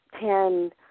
ten